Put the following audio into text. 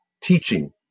teaching